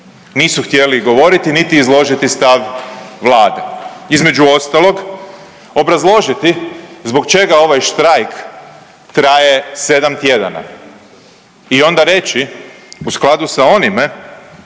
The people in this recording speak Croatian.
Nisu htjeli govoriti, niti izložiti stav Vlade. Između ostalog, obrazložiti zbog čega ovaj štrajk traje 7 tjedana. I onda reći u skladu sa onime